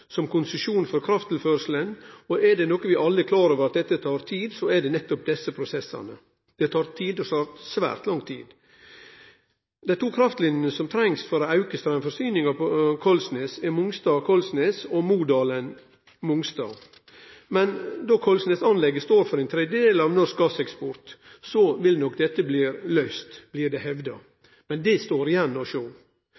som konsesjon for krafttilførselen, og er det noko vi alle er klar over, er det nettopp at desse prosessane tek tid – svært langt tid. Dei to kraftlinjene som trengst for å auke straumforsyninga på Kollsnes, er Mongstad–Kollsnes og Modalen–Mongstad. Men då Kollsnes-anlegget står for ein tredjedel av norsk gasseksport, vil nok dette bli løyst, blir det hevda.